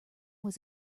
was